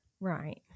Right